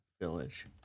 village